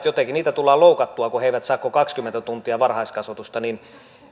jotenkin tulee loukattua kun he eivät saa kuin kaksikymmentä tuntia varhaiskasvatusta